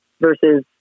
versus